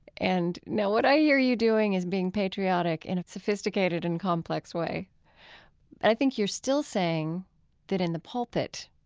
and now, what i hear you doing is being patriotic in a sophisticated and complex way. and i think you're still saying that in the pulpit,